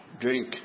drink